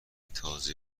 تازه